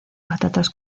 patatas